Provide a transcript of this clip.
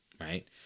Right